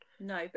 no